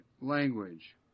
language